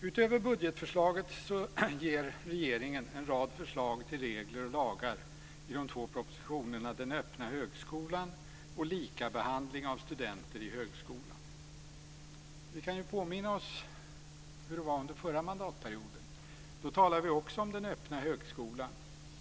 Utöver budgetförslaget lägger regeringen fram en rad förslag till regler och lagar i de två propositionerna Den öppna högskolan och Likabehandling av studenter i högskolan. Vi kan erinra oss hur det var under den förra mandatperioden. Också då talade man om den öppna högskolan.